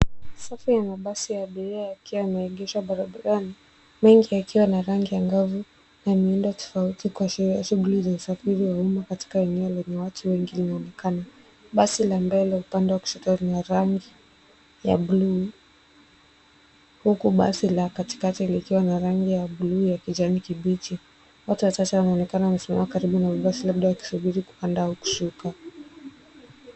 Safu ya mabasi ya abiria yakiwa yameegeshwa barabarani mengi yakiwa na rangi angavu na miundo tofauti kuashiria shughuli za usafiri wa uma katika eneo lenye watu wengi inaonekana. Basi la mbele upande wa kushoto lina rangi ya bluu huku basi la katikati likiwa na rangi ya bluu ya kijani kibichi. Watu watatu wanaonekana wakiwa wamesimama karibu na basi labda wakisubiri kupanda au kushuka.